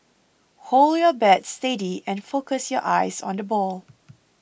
hold your bat steady and focus your eyes on the ball